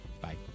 Bye